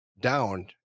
down